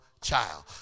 child